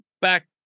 back